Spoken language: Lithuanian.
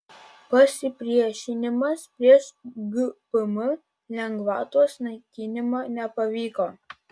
pasipriešinimas prieš gpm lengvatos naikinimą nepavyko